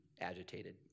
agitated